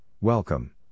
welcome